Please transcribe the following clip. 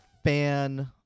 fan